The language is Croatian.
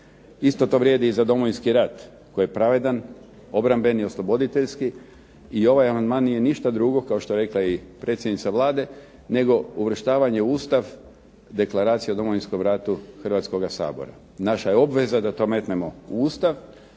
Isto to vrijedi i za Domovinski rat koji je pravedna, obrambeni, osloboditeljski. I ovaj amandman nije ništa drugo, kao što je rekla i predsjednica Vlade, nego uvrštavanje u Ustav Deklaracije o Domovinskom ratu Hrvatskoga sabora. Naša je obveza da to metnemo u Ustav